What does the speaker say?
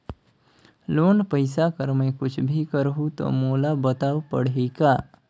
Loan पइसा कर मै कुछ भी करहु तो मोला बताव पड़ही का?